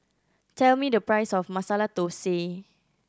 tell me the price of Masala Thosai